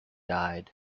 died